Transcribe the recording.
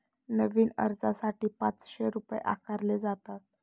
नवीन अर्जासाठी पाचशे रुपये आकारले जातात